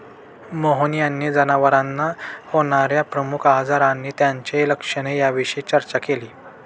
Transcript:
मोहन यांनी जनावरांना होणार्या प्रमुख आजार आणि त्यांची लक्षणे याविषयी चर्चा केली